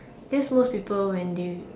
because most people when they